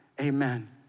amen